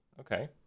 Okay